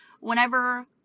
whenever